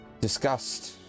discussed